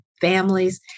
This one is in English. families